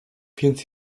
więc